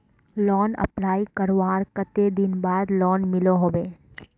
Loan apply करवार कते दिन बाद लोन मिलोहो होबे?